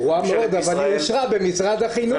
גרועה מאוד אבל היא אושרה במשרד החינוך.